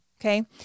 Okay